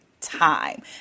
time